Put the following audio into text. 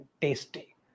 tasty